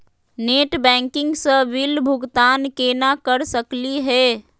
Net banking स bill भुगतान केना कर सकली हे?